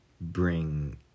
bring